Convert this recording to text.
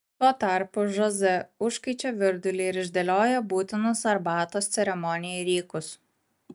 tuo tarpu žoze užkaičia virdulį ir išdėlioja būtinus arbatos ceremonijai rykus